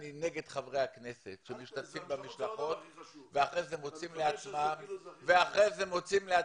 אני נגד חברי הכנסת שמשתתפים במשלחות ואחר כך מוצאים לעצמם,